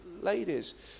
ladies